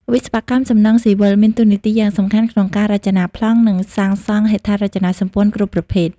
វិស្វកម្មសំណង់ស៊ីវិល មានតួនាទី យ៉ាងសំខាន់ ក្នុងការ រចនា ប្លង់ និងសាងសង់ហេដ្ឋារចនាសម្ព័ន្ធ គ្រប់ប្រភេទ។